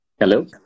Hello